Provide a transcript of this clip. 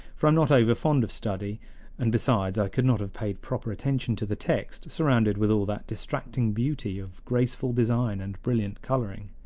for i am not over-fond of study and, besides, i could not have paid proper attention to the text, surrounded with all that distracting beauty of graceful design and brilliant coloring.